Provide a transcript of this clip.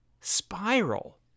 Spiral